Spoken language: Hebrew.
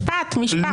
משפט, משפט.